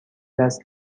دست